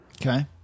Okay